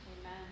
Amen